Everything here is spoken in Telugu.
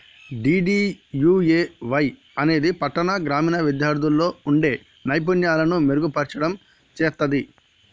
డీ.డీ.యూ.ఏ.వై అనేది పట్టాణ, గ్రామీణ విద్యార్థుల్లో వుండే నైపుణ్యాలను మెరుగుపర్చడం చేత్తది